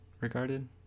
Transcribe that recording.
regarded